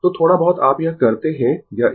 तो थोड़ा बहुत आप यह करते है यह एक